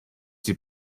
die